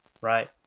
right